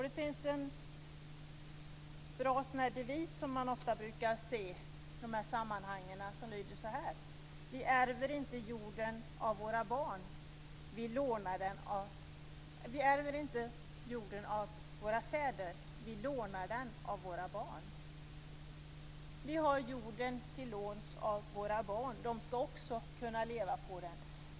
Det finns en bra devis som man ofta brukar se i dessa sammanhang och som lyder så här: Vi ärver inte jorden av våra fäder, vi lånar den av våra barn. Vi har jorden till låns av våra barn. De ska också kunna leva på den.